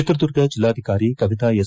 ಚಿತ್ರದುರ್ಗ ಜಿಲ್ಲಾಧಿಕಾರಿ ಕವಿತಾ ಎಸ್